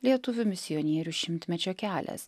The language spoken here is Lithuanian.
lietuvių misionierių šimtmečio kelias